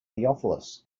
theophilus